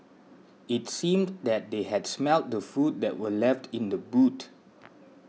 it seemed that they had smelt the food that were left in the boot